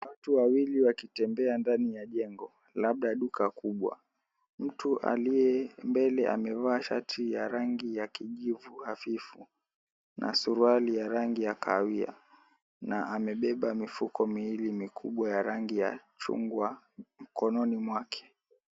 Watu wawili wakitembea ndani ya jengo labda duka kubwa. Mtu aliye mbele amevaa shati ya rangi ya kijivu hafifu na suruali ya rangi ya kahawia na amebeba mifuko miwili mikubwa ya rangi ya chungwa mkononi mwake.